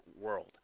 world